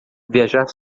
viajar